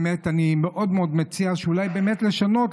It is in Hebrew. באמת אני מאוד מאוד מציע אולי באמת לשנות,